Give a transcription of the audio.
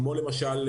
כמו למשל,